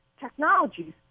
technologies